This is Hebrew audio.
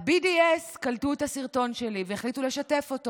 ה-BDS קלטו את הסרטון שלי והחליטו לשתף אותו